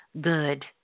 good